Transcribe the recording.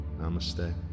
Namaste